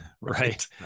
Right